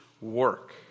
work